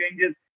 changes